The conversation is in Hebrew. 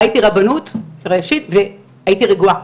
ראיתי רבנות ראשית והייתי רגועה,